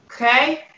okay